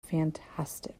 fantastic